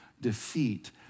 defeat